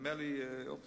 נדמה לי אופיר.